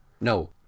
No